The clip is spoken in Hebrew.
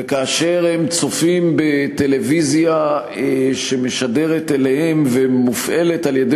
וכאשר הם צופים בטלוויזיה שמשדרת אליהם ומופעלת על-ידי